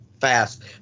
fast